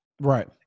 Right